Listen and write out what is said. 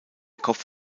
kopf